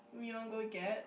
when are you going to get